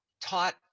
taught